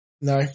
No